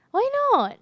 why not